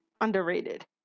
underrated